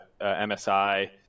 msi